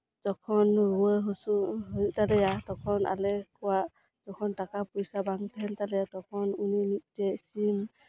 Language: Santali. ᱡᱚᱠᱷᱚᱱ ᱨᱩᱣᱟᱹ ᱦᱟᱹᱥᱩ ᱦᱩᱭᱩᱜ ᱛᱟᱞᱮᱭᱟ ᱛᱚᱠᱷᱚᱱ ᱡᱚᱠᱷᱚᱱ ᱟᱞᱮ ᱠᱚᱣᱟᱜ ᱴᱟᱠᱟ ᱯᱚᱭᱥᱟ ᱵᱟᱝ ᱛᱟᱸᱦᱮᱱ ᱛᱟᱞᱮᱭᱟ ᱛᱚᱠᱷᱚᱱ ᱩᱱᱤ ᱢᱤᱫᱴᱮᱡ ᱥᱤᱢ